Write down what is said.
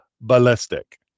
ballistic